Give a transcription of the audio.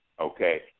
okay